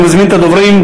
אני מזמין את הדוברים.